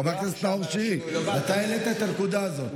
חבר הכנסת נאור שירי, אתה העלית את הנקודה הזאת.